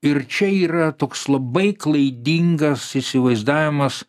ir čia yra toks labai klaidingas įsivaizdavimas